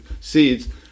seeds